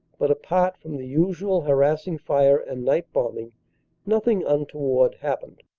but apart from the usual harassing fire and night bombing nothing untoward happened.